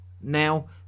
Now